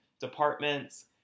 departments